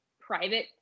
private